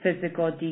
physical